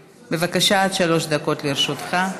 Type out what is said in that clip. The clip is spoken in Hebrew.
בבקשה, עד שלוש דקות לרשותך.